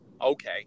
Okay